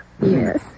Yes